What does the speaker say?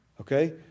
okay